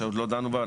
שעוד לא דנו בה,